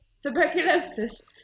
tuberculosis